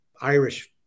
Irish